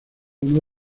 uno